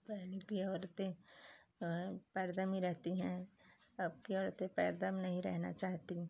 पहले की औरतें पर्दा में रहती हैं अब की औरतें पर्दा में नहीं रहना चाहती